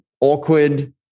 awkward